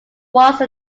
once